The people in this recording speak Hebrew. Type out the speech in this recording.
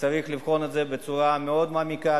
צריך לבחון את זה בצורה מאוד מעמיקה,